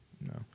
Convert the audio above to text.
No